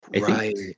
right